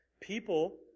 People